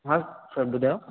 हा सर ॿुधायो